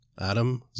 Adam